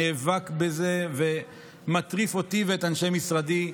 שנאבק בזה ומטריף אותי ואת אנשי משרדי,